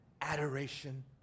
adoration